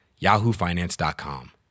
yahoofinance.com